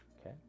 okay